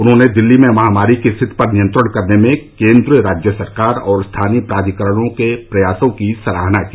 उन्होंने दिल्ली में महामारी की स्थिति पर नियंत्रण करने में केंद्र राज्य सरकार और स्थानीय प्राधिकरणों के प्रयासों की सराहना की